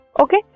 Okay